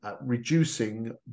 reducing